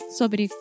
sobre